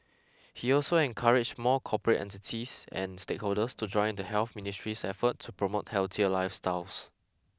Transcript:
he also encouraged more corporate entities and stakeholders to join in the Health Ministry's effort to promote healthier lifestyles